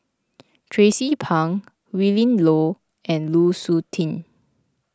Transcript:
Tracie Pang Willin Low and Lu Suitin